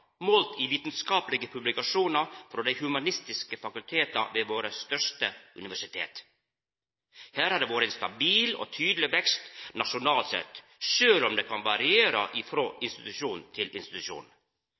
målt i vitskapelege publikasjonar frå dei humanistiske fakulteta ved våre største universitet. Her har det vore ein stabil og tydeleg vekst nasjonalt sett, sjølv om det kan variera